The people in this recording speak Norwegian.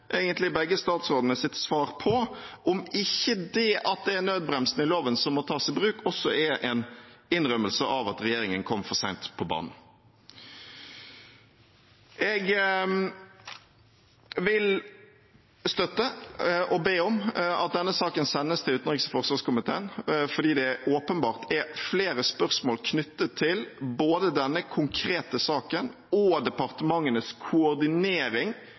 begge statsrådenes svar på, om ikke det at det er nødbremsen i loven som må tas i bruk, også er en innrømmelse av at regjeringen kom for sent på banen. Jeg vil støtte og be om at denne saken sendes utenriks- og forsvarskomiteen, fordi det åpenbart er flere spørsmål knyttet til både denne konkrete saken og departementenes koordinering